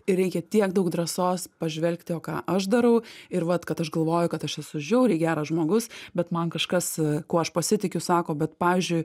ir reikia tiek daug drąsos pažvelgti o ką aš darau ir vat kad aš galvoju kad aš esu žiauriai geras žmogus bet man kažkas kuo aš pasitikiu sako bet pavyzdžiui